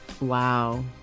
Wow